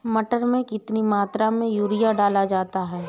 मटर में कितनी मात्रा में यूरिया डाला जाता है?